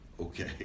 Okay